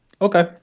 Okay